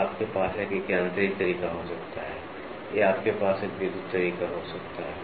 तो आपके पास एक यांत्रिक तरीका हो सकता है या आपके पास एक विद्युत तरीका हो सकता है